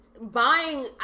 buying